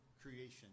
creation